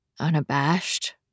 unabashed